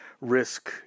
risk